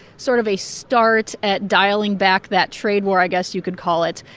sort of a start at dialing back that trade war, i guess you could call it,